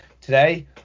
Today